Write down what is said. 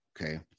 Okay